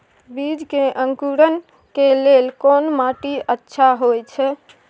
बीज के अंकुरण के लेल कोन माटी अच्छा होय छै?